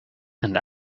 and